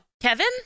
Kevin